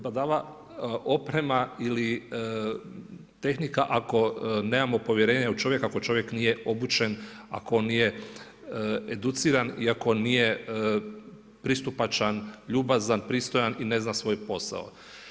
Badava oprema ili tehnika ako nemamo povjerenje u čovjeka, ako čovjek nije obučen, ako on nije educiran i ako nije pristupačan, ljubazan, pristojan i ne zna svoj posao.